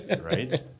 Right